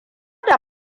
da